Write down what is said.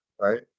right